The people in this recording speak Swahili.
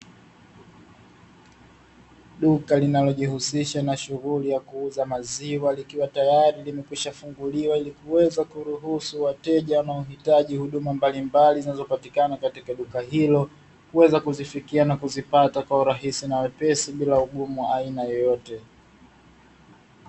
Duka linalojihusisha na shughuli ya kuuza maziwa likiwa tayari limekwisha funguliwa ili kuweza kuruhusu wateja wanaohitaji huduma mbalimbali zinazopatikana katika duka hilo kuweza kuzifikia na kuzipata kwa urahisi na wepesi bila ugumu wa aina yoyote.